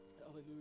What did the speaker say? Hallelujah